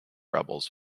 rebels